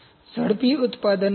ઝડપી ઉત્પાદન ખર્ચ